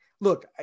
Look